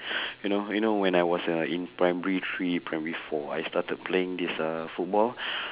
you know you know when I was uh in primary three primary four I started to playing this football